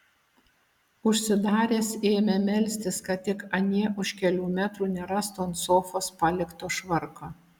užsidaręs ėmė melstis kad tik anie už kelių metrų nerastų ant sofos palikto švarko